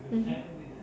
mmhmm